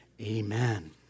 amen